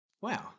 Wow